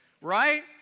right